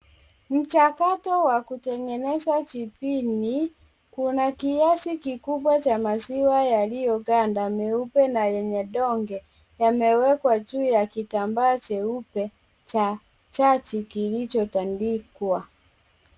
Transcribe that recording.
Mchakato wa kutengeneza jibini. Kuna kiasi kiasi kikubwa cha maziwa yaliyoganda meupe na yenye donge. Yamewekwa juu ya kitambaa cheupe cha chachi kilichotandikwa.